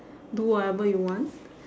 do whatever you want